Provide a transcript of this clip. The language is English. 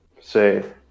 say